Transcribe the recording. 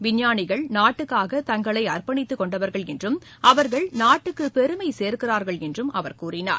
விஞ்ஞானிகள் நாட்டுக்காக தங்களை அர்ப்பணித்துக் கொண்டவர்கள் என்றும் அவர்கள் நாட்டுக்கு பெருமை சேர்க்கிறார்கள் என்றும் அவர் கூறினார்